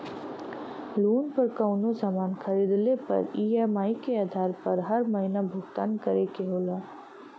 loan पर कउनो सामान खरीदले पर ई.एम.आई क आधार पर हर महीना भुगतान करे के होला